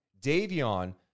Davion